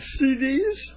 CDs